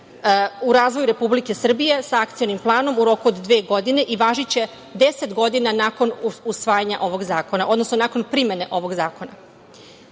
u razvoju Republike Srbije sa akcionim planom u roku od dve godine i važiće deset godina nakon usvajanja ovog zakona, odnosno nakon primene ovog zakona. Zakon